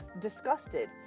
disgusted